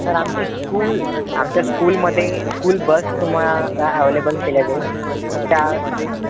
sir आमची school आमच्या स्कूलमध्ये स्कूल बस तुम्हाला अवेलेबल केली जाईल त्या रे